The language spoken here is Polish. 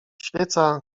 świeca